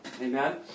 Amen